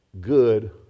good